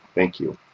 thank you.